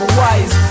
wise